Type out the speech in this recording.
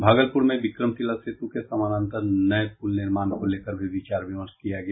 भागलपुर में विक्रमशिला सेतु के समानान्तर नये पुल निर्माण को लेकर भी विचार विमर्श किया गया